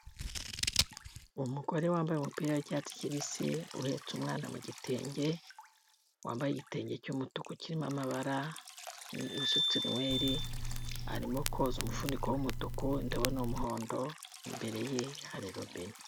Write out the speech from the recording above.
Umugore wambaye umupira w'icyatsi kibisi uhetse umwana mu gitenge wambaye igitenge cy'umutuku kirimo amabara usutse inwere arimo koza umufuniko w'umutuku imdobo ni umuhondo imbere ye hari robine.